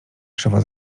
krzywo